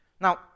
Now